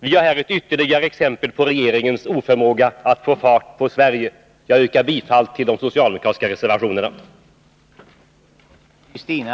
Vi har här ytterligare ett exempel på regeringens oförmåga att få fart på Sverige. Jag yrkar bifall till de socialdemokratiska reservationerna.